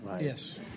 Yes